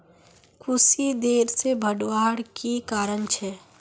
कुशी देर से बढ़वार की कारण छे?